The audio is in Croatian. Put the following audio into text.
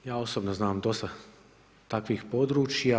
Ja osobno znam dosta takvih područja.